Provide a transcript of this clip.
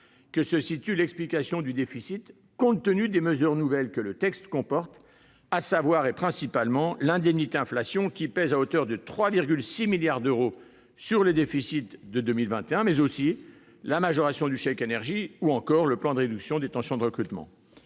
rechercher l'explication du déficit. Cela est dû aux mesures nouvelles que le texte comporte, principalement l'indemnité inflation qui pèse à hauteur de 3,6 milliards d'euros sur le déficit de 2021, mais aussi la majoration du chèque énergie ou encore le plan de réduction des tensions de recrutement.